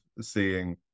seeing